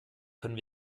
können